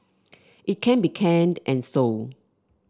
it can be canned and sold